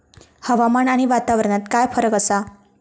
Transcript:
हवामान आणि वातावरणात काय फरक असा?